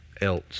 else